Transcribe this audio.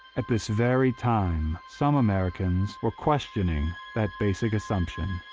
at this very time, some americans were questioning that basic assumption.